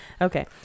Okay